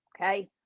Okay